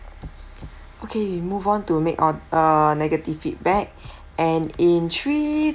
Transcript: okay we move on to make or~ a negative feedback and in three